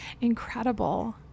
incredible